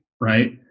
right